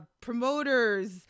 promoters